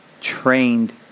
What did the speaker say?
trained